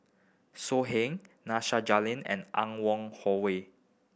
So Heng Nasir Jalil and Anne Wong Holloway